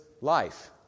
life